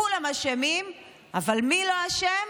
כולם אשמים, אבל מי לא אשם?